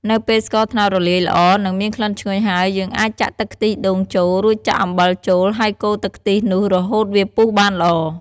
នៅពេលស្ករត្នោតរលាយល្អ និងមានក្លិនឈ្ងុយហើយ យើងអាចចាក់ទឹកខ្ទិះដូងចូល រួចចាក់អំបិលចូល ហើយកូរទឹកខ្ទិះនោះរហូតវាពុះបានល្អ។